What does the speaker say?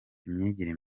imyigire